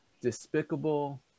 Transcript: despicable